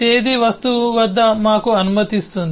తేదీ వస్తువు వద్ద మాకు అనుమతిస్తుంది